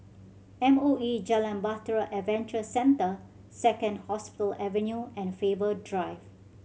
M O E Jalan Bahtera Adventure Centre Second Hospital Avenue and Faber Drive